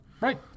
Right